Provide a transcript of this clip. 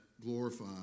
glorify